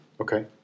Okay